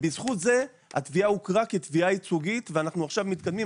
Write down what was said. בזכות זה התביעה הוכרה כתביעה ייצוגית ואנחנו עכשיו מתקדמים,